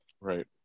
Right